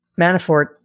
Manafort